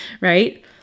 right